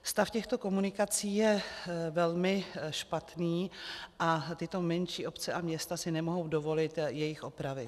Stav těchto komunikací je velmi špatný a tyto menší obce a města si nemohou dovolit jejich opravy.